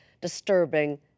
disturbing